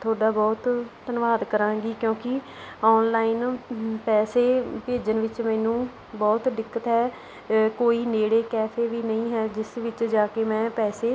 ਤੁਹਾਡਾ ਬਹੁਤ ਧੰਨਵਾਦ ਕਰਾਂਗੀ ਕਿਉਂਕਿ ਓਨਲਾਈਨ ਪੈਸੇ ਭੇਜਣ ਵਿੱਚ ਮੈਨੂੰ ਬਹੁਤ ਦਿੱਕਤ ਹੈ ਅ ਕੋਈ ਨੇੜੇ ਕੈਫੇ ਵੀ ਨਹੀਂ ਹੈ ਜਿਸ ਵਿੱਚ ਜਾ ਕੇ ਮੈਂ ਪੈਸੇ